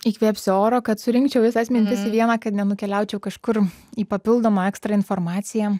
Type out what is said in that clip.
įkvėpsiu oro kad surinkčiau visas mintis į vieną kad nenukeliaučiau kažkur į papildomą ekstra informaciją